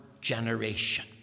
generation